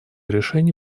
решений